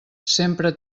sempre